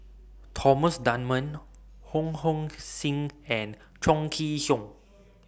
Thomas Dunman Ho Hong Sing and Chong Kee Hiong